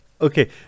okay